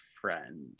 friend